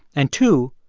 and two,